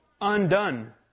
undone